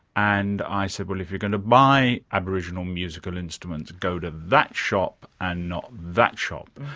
and i said, well, if you're going to buy aboriginal musical instruments go to that shop and not that shop,